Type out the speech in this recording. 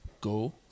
go